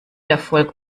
erfolg